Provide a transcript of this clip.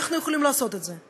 אנחנו יכולים לעשות את זה,